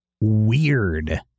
weird